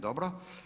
Dobro.